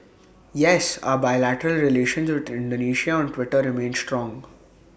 yes our bilateral relations with Indonesia on Twitter remains strong